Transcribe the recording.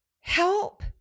Help